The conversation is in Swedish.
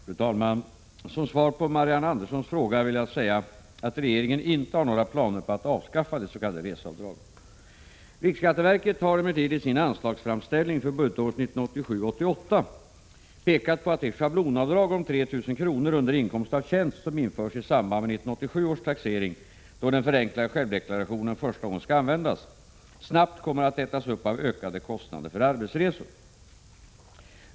Fru talman! Som svar på Marianne Anderssons fråga vill jag svara att regeringen inte har några planer på att avskaffa det s.k. reseavdraget. Riksskatteverket har emellertid i sin anslagsframställning för budgetåret 1987/88 pekat på att det schablonavdrag om 3 000 kr. under inkomst av tjänst, som införs i samband med 1987 års taxering, då den förenklade självdeklarationen första gången skall användas, snabbt kommer att ätas upp av ökade kostnader för arbetsresor.